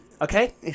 Okay